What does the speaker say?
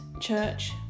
church